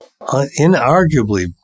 inarguably